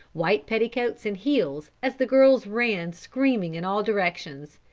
white petticoats and heels as the girls ran screaming in all directions.